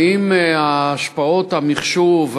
האם השפעת המחשוב,